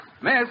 Miss